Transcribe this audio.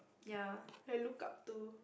ya I look up to